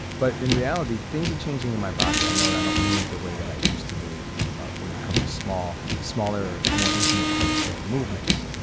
but in reality, things are changing in my body. i know i don't move the way that i used to move when it comes to small, smaller, more intimate types of movements.